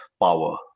power